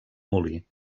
molí